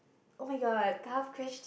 oh-my-god tough questi~